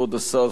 כבוד השר,